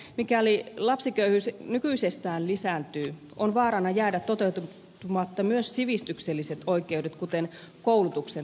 mikäli lapsiköyhyys nykyisestään lisääntyy on vaarana jäädä toteutumatta myös sivistykselliset oikeudet kuten koulutuksen tasa arvo